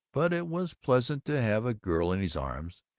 but it was pleasant to have a girl in his arms,